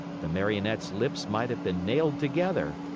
the marionette's lips might have been nailed together.